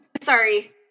Sorry